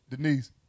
Denise